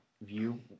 view